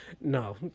No